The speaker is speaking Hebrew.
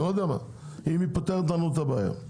אם היא פותרת לנו את הבעיה.